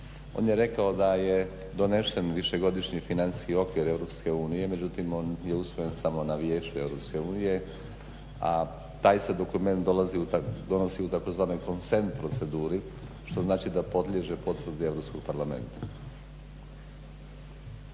On je rekao da je donesen višegodišnji financijski okvir EU, međutim on je usvojen samo na Vijeću EU, a taj se dokument donosi u tzv. konsen proceduri, što znači da podliježe potvrdi Europskog parlamenta.